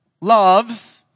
loves